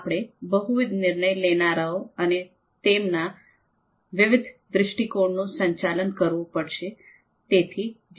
આપણે બહુવિધ નિર્ણય લેનારાઓ અને તેમના વિવિધ દ્રષ્ટિકોણનું સંચાલન કરવું પડશે